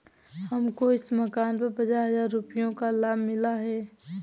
हमको इस मकान पर पचास हजार रुपयों का लाभ मिला है